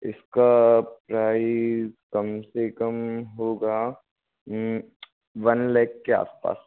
इसका प्राइस कम से कम होगा वन लेख के आस पास